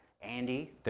Andy